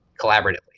collaboratively